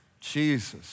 Jesus